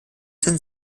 sein